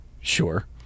Sure